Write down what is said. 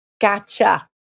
Gotcha